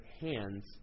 hands